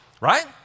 Right